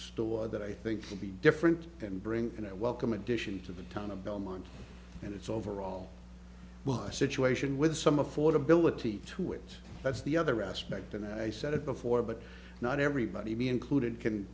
store that i think will be different and bring in a welcome addition to the town of belmont and its overall situation with some affordability to it that's the other aspect and i said it before but not everybody me included can